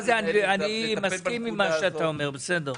אני מסכים עם מה שאתה אומר, בסדר.